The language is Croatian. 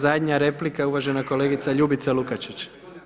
I zadnje replika uvažena kolegica Ljubica Lukačić.